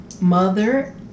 mother